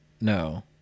No